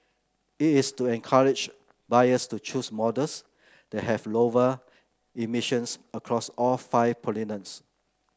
it is to encourage buyers to choose models that have lower emissions across all five pollutants